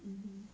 mmhmm